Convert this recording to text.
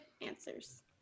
answers